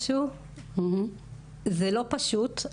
זה לא פשוט.